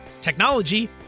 technology